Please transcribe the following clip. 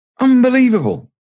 Unbelievable